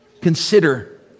Consider